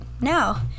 now